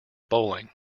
bowling